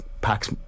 packs